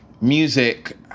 Music